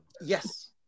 Yes